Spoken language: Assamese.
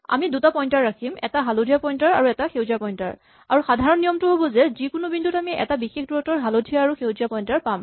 আমি দুটা পইন্টাৰ ৰাখিম এটা হালধীয়া পইন্টাৰ আৰু এটা সেউজীয়া পইন্টাৰ আৰু সাধাৰণ নিয়মটো হ'ব যে যিকোনো বিন্দুত আমি এটা বিশেষ দুৰত্বত হালধীয়া আৰু সেউজীয়া পইন্টাৰ পাম